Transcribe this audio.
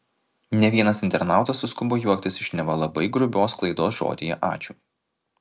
ne vienas internautas suskubo juoktis iš neva labai grubios klaidos žodyje ačiū